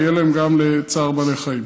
יהיה להם גם לצער בעלי חיים.